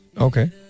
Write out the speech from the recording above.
okay